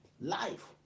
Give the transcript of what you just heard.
Life